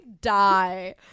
die